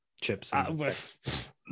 chips